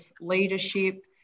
leadership